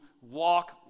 walk